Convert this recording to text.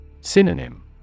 Synonym